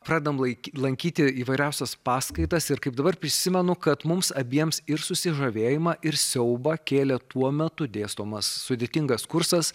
pradedame laikyti lankyti įvairiausias paskaitas ir kaip dabar prisimenu kad mums abiems ir susižavėjimą ir siaubą kėlė tuo metu dėstomas sudėtingas kursas